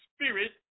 spirit